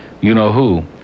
you-know-who